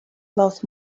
about